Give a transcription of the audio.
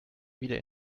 wieder